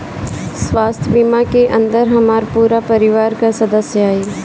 स्वास्थ्य बीमा के अंदर हमार पूरा परिवार का सदस्य आई?